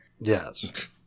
Yes